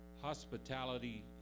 hospitality